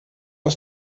ist